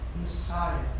Messiah